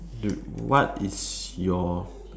what is your